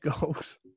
goals